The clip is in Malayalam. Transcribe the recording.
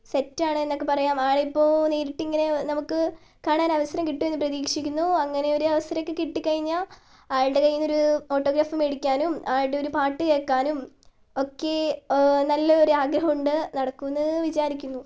സെറ്റാണെന്നൊക്കെ പറയാം ആളിപ്പോൾ നേരിട്ടിങ്ങനെ നമുക്ക് കാണാനാവസരം കിട്ടുമെന്ന് പ്രതീക്ഷിക്കുന്നു അങ്ങനെയൊരു അവസരമൊക്കെ കിട്ടിക്കഴിഞ്ഞാൽ ആളുടെ കൈയ്യിൽനിന്നൊരു ഓട്ടോഗ്രാഫ് മേടിക്കാനും ആളുടെ ഒരു പാട്ട് കേൾക്കാനും ഒക്കെ നല്ലൊരു ആഗ്രഹമുണ്ട് നടക്കുമെന്ന് വിചാരിക്കുന്നു